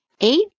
Eight